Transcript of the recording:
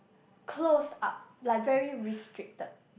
close up like very restricted